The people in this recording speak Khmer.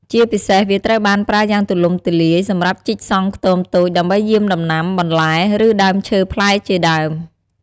ជាពិសេសវាត្រូវបានប្រើយ៉ាងទូលំទូលាយសម្រាប់ជីកសងខ្ខ្ទមតូច ដើម្បីយាមដំណាំ បន្លែ ឬដើមឈើផ្លែជាដើម។